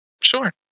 Sure